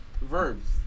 verbs